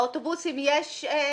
באוטובוסים יש רכש גומלין?